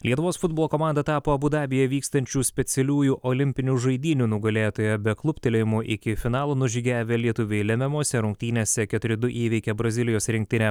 lietuvos futbolo komanda tapo abu dabyje vykstančių specialiųjų olimpinių žaidynių nugalėtoja be kluptelėjimų iki finalo nužygiavę lietuviai lemiamose rungtynėse keturi du įveikė brazilijos rinktinę